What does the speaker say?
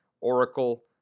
Oracle